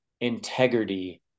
integrity